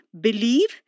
believe